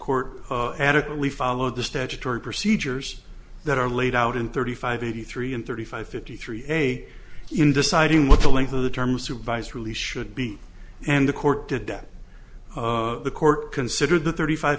court adequately followed the statutory procedures that are laid out in thirty five eighty three and thirty five fifty three a in deciding what the length of the term supervised release should be and the court did that the court considered the thirty five